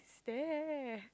stare